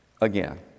again